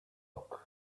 rock